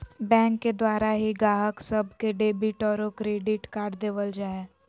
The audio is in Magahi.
बैंक के द्वारा ही गाहक सब के डेबिट और क्रेडिट कार्ड देवल जा हय